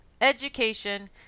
education